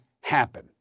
happen